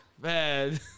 Man